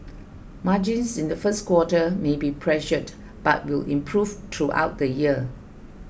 margins in the first quarter may be pressured but will improve throughout the year